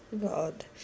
God